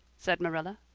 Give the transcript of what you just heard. said marilla.